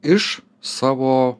iš savo